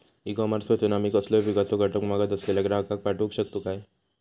E commerce पासून आमी कसलोय पिकाचो घटक मागत असलेल्या ग्राहकाक पाठउक शकतू काय?